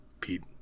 pete